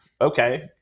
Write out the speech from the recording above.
okay